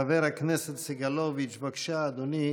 חבר הכנסת סגלוביץ', בבקשה, אדוני,